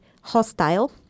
hostile